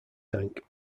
tank